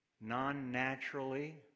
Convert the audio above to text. non-naturally